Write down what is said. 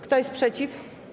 Kto jest przeciw?